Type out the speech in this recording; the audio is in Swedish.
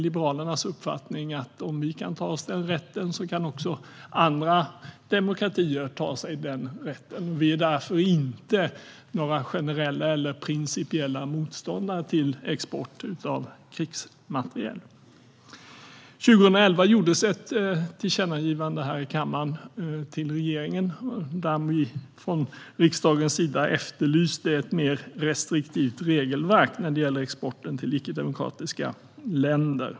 Liberalernas uppfattning är att om vi kan ta oss den rätten kan även andra demokratier ta sig den rätten. Därför är vi inte generellt eller principiellt motståndare till export av krigsmateriel. År 2011 gjordes ett tillkännagivande till regeringen här i kammaren. Riksdagen efterlyste då ett mer restriktivt regelverk vad gäller exporten till icke-demokratiska länder.